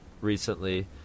recently